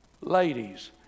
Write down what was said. ladies